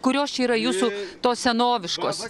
kurios čia yra jūsų tos senoviškos